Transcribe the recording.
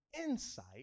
insight